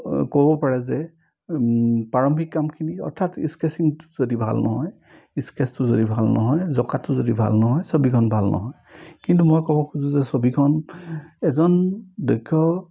ক'ব পাৰে যে প্ৰাৰম্ভিক কামখিনি অৰ্থাৎ স্কেচিংটো যদি ভাল নহয় স্কেচটো যদি ভাল নহয় জঁকাটো যদি ভাল নহয় ছবিখন ভাল নহয় কিন্তু মই ক'ব খোজোঁ যে ছবিখন এজন দক্ষ